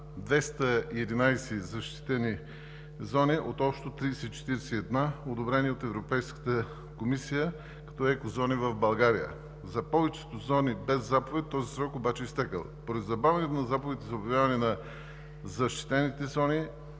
211 защитени зони от общо 341, одобрени от Европейската комисия като екозони в България. За повечето зони без заповед този срок обаче е изтекъл. Поради забавянето на заповедите за обявяване на защитените зони